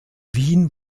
wien